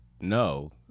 No